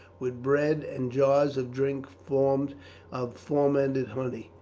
with bread and jars of drink formed of fermented honey,